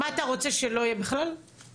לא,